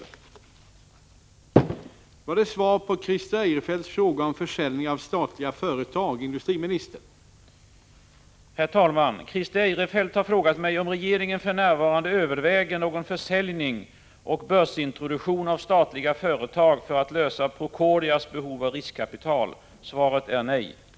På grund av utlandsresa är det inte möjligt tidigare.